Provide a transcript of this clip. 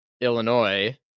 Illinois